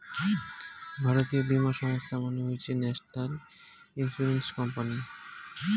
জাতীয় বীমা সংস্থা মানে হসে ন্যাশনাল ইন্সুরেন্স কোম্পানি